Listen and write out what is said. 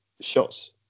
shots